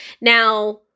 Now